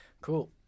Cool